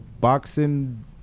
boxing